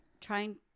trying